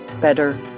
better